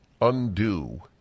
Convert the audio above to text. undo